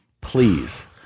Please